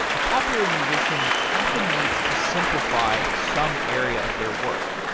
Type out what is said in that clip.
a popular musician often needs to simplify some area of their work.